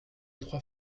trois